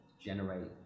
generate